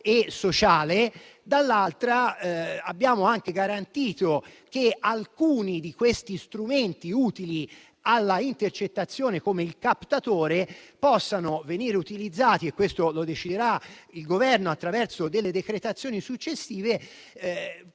e sociale; dall'altra parte, garantire che alcuni degli strumenti utili all'intercettazione, come il captatore, possano venire utilizzati - lo deciderà il Governo attraverso decretazioni successive